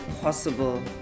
possible